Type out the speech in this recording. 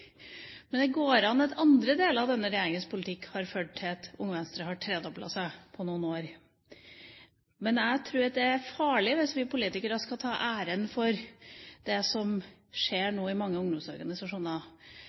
men det er mulig at andre deler av denne regjeringas politikk har ført til at Unge Venstre har tredoblet seg på noen år. Men jeg tror det er farlig hvis vi politikere skal ta æren for det som nå skjer